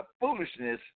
foolishness